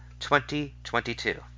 2022